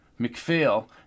McPhail